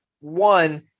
one